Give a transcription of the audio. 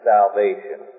Salvation